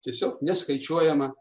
tiesiog neskaičiuojama